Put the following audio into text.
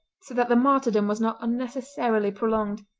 so that the martyrdom was not unnecessarily prolonged.